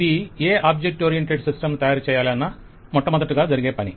ఇది ఏ object oriented సిస్టంను తయారుచేయాలన్నా మొట్టమొదటగా జరిగే పని